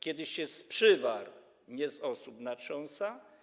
Kiedy się z przywar, nie z osób natrząsa;